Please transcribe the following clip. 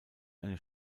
eine